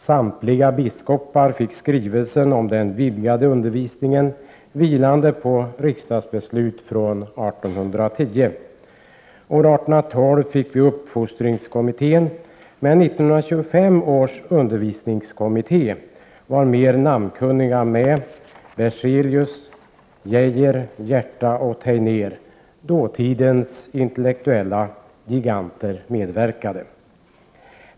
Samtliga biskopar fick skrivelsen om den vidgade undervisningen vilande på riksdagsbeslut från 1810. År 1812 tillsattes uppfostringskommittén, men i 1825 års undervisningskommitté var mer namnkunniga med, såsom Berzelius, Geijer, Hierta och Tegnér — dåtidens intellektuella giganter.